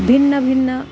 भिन्नभिन्नाः